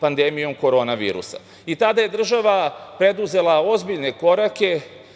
pandemijom korona virusa. Tada je država preduzela ozbiljne korake